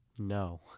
No